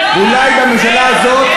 אולי הממשלה הזאת,